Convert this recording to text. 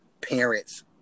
parents